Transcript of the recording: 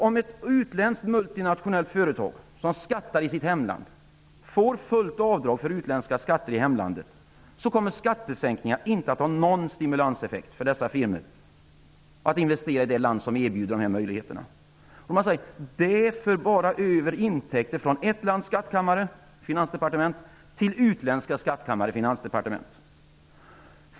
Om ett utländskt multinationellt företag som skattar i sitt hemland får fullt avdrag för utländska skatter i hemlandet, kommer skattesänkningar inte att ha någon stimulanseffekt för dessa firmor när det gäller att investera i det land som erbjuder dessa möjligheter. Detta för bara över intäkter från ett lands skattkammare, finansdepartement, till andra länders skattkammare, finansdepartement.